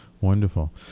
wonderful